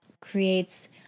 creates